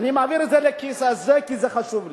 אני מעביר את זה לכיס הזה, כי זה חשוב לי.